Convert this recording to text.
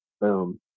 Boom